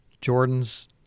Jordan's